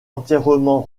entièrement